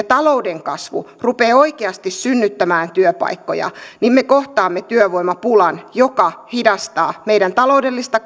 talouden kasvu rupeaa oikeasti synnyttämään työpaikkoja niin me kohtaamme työvoimapulan joka hidastaa meidän taloudellista